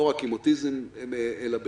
לא רק עם אוטיזם אלא בכלל,